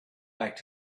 back